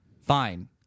Fine